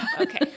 Okay